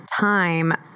time